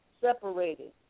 separated